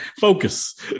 Focus